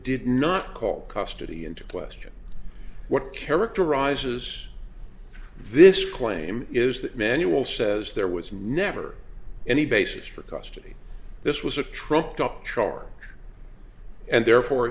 did not call custody into question what characterizes this claim is that manual says there was never any basis for custody this was a truck doctrine and therefore